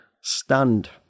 stunned